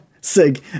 Sig